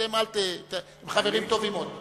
אתם אל, אתם חברים טובים עוד.